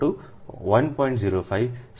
052 અને તેથી વધુ